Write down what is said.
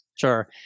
Sure